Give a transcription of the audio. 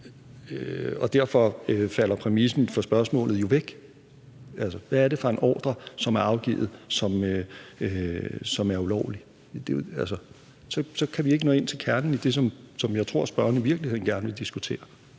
og derfor falder præmissen for spørgsmålet jo væk. Hvad er det for en ordre, som er afgivet, og som er ulovlig? Så kan vi ikke nå ind til kernen i det, som jeg tror spørgeren i virkeligheden gerne vil diskutere.